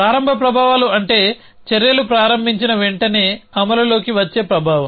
ప్రారంభ ప్రభావాలు అంటే చర్యలు ప్రారంభించిన వెంటనే అమలులోకి వచ్చే ప్రభావం